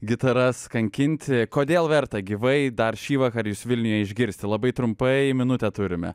gitaras kankinti kodėl verta gyvai dar šįvakar jus vilniuje išgirsti labai trumpai minutę turime